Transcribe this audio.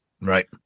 Right